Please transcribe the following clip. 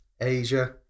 Asia